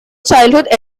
childhood